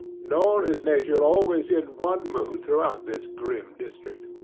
nor is nature always in one mood throughout this grim district.